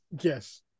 yes